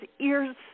ears